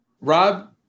Rob